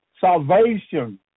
salvation